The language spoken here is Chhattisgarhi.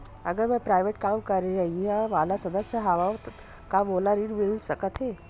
अगर मैं प्राइवेट काम करइया वाला सदस्य हावव का मोला ऋण मिल सकथे?